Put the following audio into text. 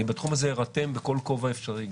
בתחום הזה אירתם בכל כובע אפשרי,